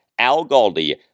ALGALDI